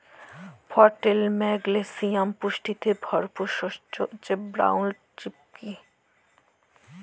folate, magnesium পুষ্টিতে ভরপুর শস্য হচ্যে ব্রাউল চিকপি